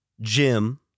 Jim